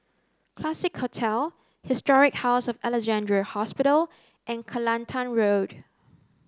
Classique Hotel Historic House of Alexandra Hospital and Kelantan Road